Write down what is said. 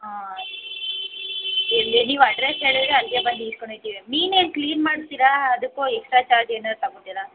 ಹಾಂ ಎಲ್ಲಿ ನೀವು ಅಡ್ರಸ್ ಹೇಳಿದ್ರೆ ಅಲ್ಲಿಗೆ ಬಂದು ಇಸ್ಕೊಂಡು ಹೋಗ್ತೀವಿ ಮೀನೇನು ಕ್ಲೀನ್ ಮಾಡ್ತೀರಾ ಅದಕ್ಕೂ ಎಕ್ಸ್ಟ್ರಾ ಚಾರ್ಜ್ ಏನಾರೂ ತಗೊತೀರಾ